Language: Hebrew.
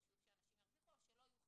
חשוב שאנשים ירוויחו אבל שלא יהיו חזירים.